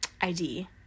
id